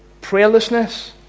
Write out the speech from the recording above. prayerlessness